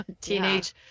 Teenage